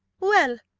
well,